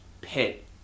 pit